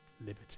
liberty